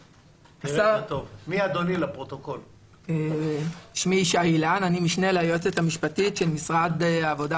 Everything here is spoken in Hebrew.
אני משנה ליועצת המשפטית של משרד העבודה,